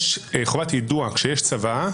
כשיש צוואה,